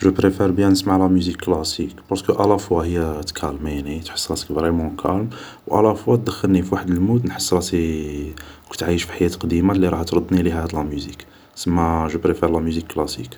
جو بريفار بيان نسمع لا موزيك كلاسيك بارسكو الافوا هي تكالميني ، تحس راسك فريمون كالم و الافوا دخلني فواحد المود نحس راسي كنت عايش حياة قديمة اللي راها تردني ليها هاد لاموزيك ، سما جو بريفار لا موزيك كلاسيك